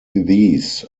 these